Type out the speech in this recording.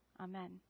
Amen